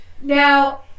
Now